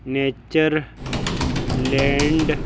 Natureland